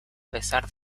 pesar